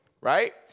Right